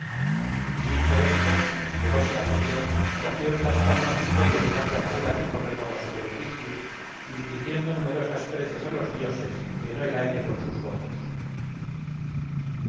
y dicho esto llegose al río cogió en las palmas un poco del agua pura que corre por la superficie y dirigiendo numerosas preces a los dioses llenó el aire con sus votos